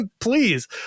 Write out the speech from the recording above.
please